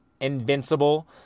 Invincible